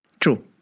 True